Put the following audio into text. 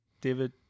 David